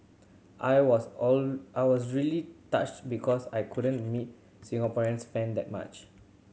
I was I was really touched because I couldn't meet Singaporean fan that much